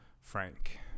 Frank